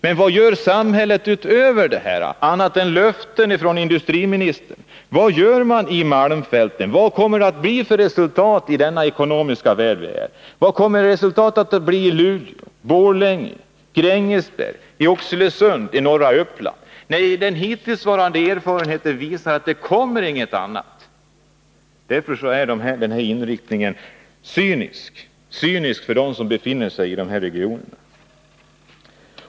Men vad gör samhället utöver detta, bortsett från löften från industriministern? Vad gör man i malmfälten, vad kommer det att bli för resultat i den ekonomiska värld vi lever i? Vad kommer resultatet att bli i Luleå, Borlänge, Grängesberg, Oxelösund och norra Uppland? Nej, den hittillsvarande erfarenheten visar att det inte kommer något annat i stället. Därför är denna inriktning cynisk mot dem som befinner sig i dessa regioner.